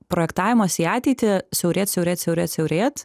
projektavimas į ateitį siaurėt siaurėt siaurėt siaurėt